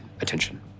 attention